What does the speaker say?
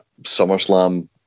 SummerSlam